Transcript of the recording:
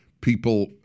people